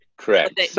Correct